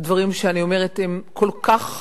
הדברים שאני אומרת כל כך